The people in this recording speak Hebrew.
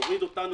להוריד אותנו,